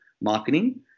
marketing